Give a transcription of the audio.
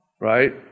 right